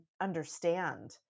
understand